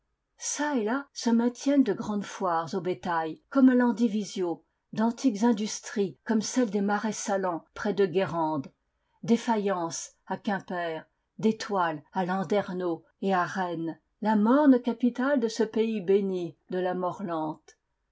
çà et là se maintiennent de grandes foires au bétail comme à landivisiau d'antiques industries comme celles des marais salants près de guérande des faïences à quimper des toiles à landerneau et à rennes la morne capitale de ce pays béni de la